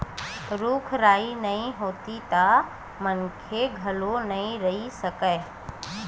रूख राई नइ होही त मनखे घलोक नइ रहि सकय